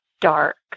dark